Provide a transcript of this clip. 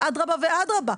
אז אדרבא ואדרבא,